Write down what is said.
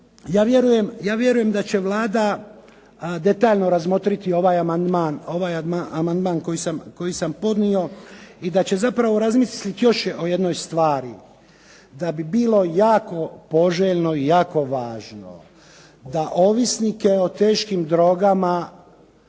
Ja vjerujem da će Vlada detaljno razmotriti ovaj amandman koji sam podnio i da će zapravo razmisliti još o jednoj stvari, da bi bilo jako poželjno i jako važno da ovisnike o teškim drogama